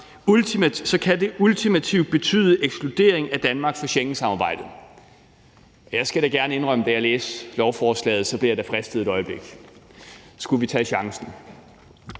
kan det »ultimativt betyde ekskludering af Danmark fra Schengensamarbejdet«. Jeg skal da gerne indrømme, at da jeg læste beslutningsforslaget, blev jeg fristet et øjeblik – skulle vi tage chancen?